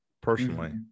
personally